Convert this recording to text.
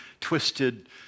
twisted